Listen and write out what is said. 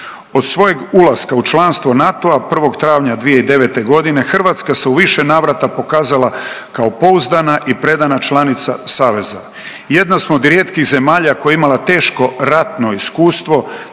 Od svojeg ulaska u članstvo NATO-a 1. travnja 2009. godine Hrvatska se u više navrata pokazala kao pouzdana i predana članica saveza. Jedna smo od rijetkih zemalja koja je imala teško ratno iskustvo